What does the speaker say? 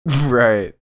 right